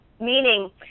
Meaning